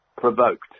provoked